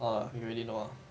are you really know